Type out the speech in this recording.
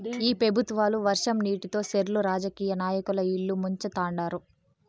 ఈ పెబుత్వాలు వర్షం నీటితో సెర్లు రాజకీయ నాయకుల ఇల్లు ముంచుతండారు